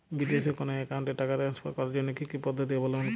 বিদেশের কোনো অ্যাকাউন্টে টাকা ট্রান্সফার করার জন্য কী কী পদ্ধতি অবলম্বন করব?